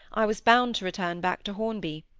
i was bound to return back to hornby.